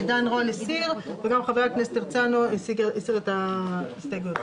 אנחנו רוצים להגיד לאוכלוסייה של אנשים,